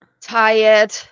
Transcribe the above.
Tired